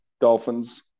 Dolphins